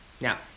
now